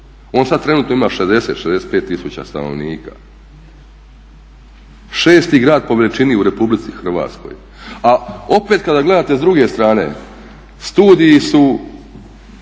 On sad trenutno ima 60, 65000 stanovnika, šesti grad po veličini u Republici Hrvatskoj. A opet kada gledate s druge strane studiji su